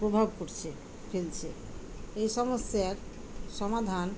প্রভাব পড়ছে ফেলছে এই সমস্যার সমাধান